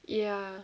ya